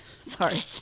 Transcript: sorry